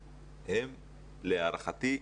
להערכתי,